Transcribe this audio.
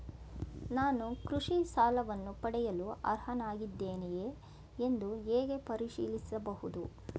ನಾನು ಕೃಷಿ ಸಾಲವನ್ನು ಪಡೆಯಲು ಅರ್ಹನಾಗಿದ್ದೇನೆಯೇ ಎಂದು ಹೇಗೆ ಪರಿಶೀಲಿಸಬಹುದು?